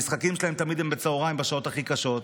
המשחקים שלהן הם תמיד בצוהריים, בשעות הכי קשות.